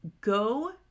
go